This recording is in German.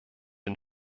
den